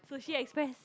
Sushi-Express